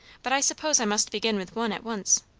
but i suppose i must begin with one at once.